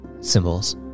symbols